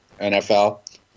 NFL